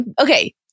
Okay